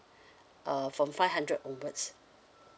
uh from five hundred onwards